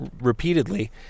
repeatedly